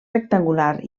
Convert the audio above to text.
rectangular